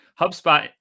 HubSpot